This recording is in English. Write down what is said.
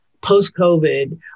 post-COVID